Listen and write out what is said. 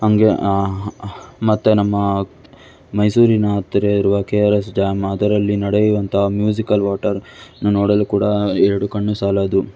ಹಂಗೆ ಮತ್ತು ನಮ್ಮ ಮೈಸೂರಿನ ಹತ್ತಿರವಿರುವ ಕೆ ಆರ್ ಎಸ್ ಡ್ಯಾಮ್ ಅದರಲ್ಲಿ ನಡೆಯುವಂತಹ ಮ್ಯೂಸಿಕಲ್ ವಾಟರ್ ನೋಡಲು ಕೂಡ ಎರಡು ಕಣ್ಣು ಸಾಲದು